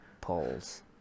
polls